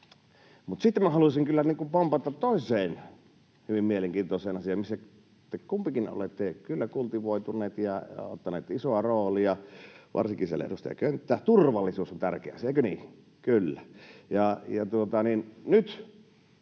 Sitten haluaisin kyllä pompata toiseen hyvin mielenkiintoiseen asiaan, missä te kumpikin olette kyllä kultivoituneet ja ottaneet isoa roolia, varsinkin siellä edustaja Könttä: Turvallisuus on tärkeä asia, eikö niin? Kyllä.